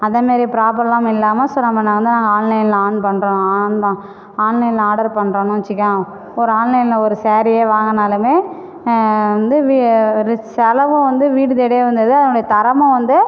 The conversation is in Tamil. அந்த மாரி ப்ராப்ளம் இல்லாமல் ஸோ நம்ம வந்து நாங்கள் ஆன்லைனில் ஆன் பண்ணுறோம் ஆன் ஆன்லைனில் ஆடர் பண்ணுறோன்னு வச்சிக்கோய ஒரு ஆன்லைனில் ஒரு ஸேரீயே வாங்குனாலுமே வந்து வி ரி செலவும் வந்து வீடு தேடியே வந்துடுது அதனுடைய தரமும் வந்து